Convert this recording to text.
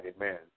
amen